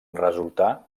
resultà